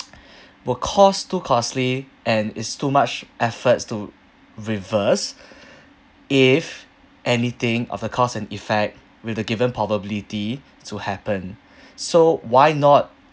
will cost too costly and is too much efforts to reverse if anything of a cause and effect with the given probability to happen so why not